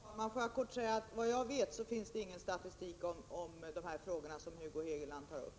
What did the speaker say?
Herr talman! Får jag kort säga att såvitt jag vet finns det ingen statistik om de frågor som Hugo Hegeland tar upp.